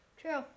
True